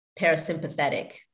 parasympathetic